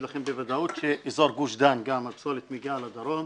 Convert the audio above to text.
לכם בוודאות שאזור גוף דן גם הפסולת מגיעה לדרום,